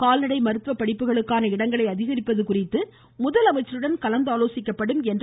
கால்நடை மருத்துவ படிப்புக்கான இடங்களை அதிகரிப்பது குறித்து முதலமைச்சருடன் கலந்தாலோசிக்கப்படும் என்றும் தெரிவித்தார்